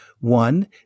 One